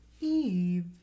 Eve